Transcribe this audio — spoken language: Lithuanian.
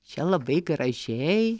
čia labai gražiai